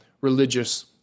religious